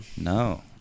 No